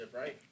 right